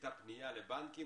הייתה פנייה לבנקים,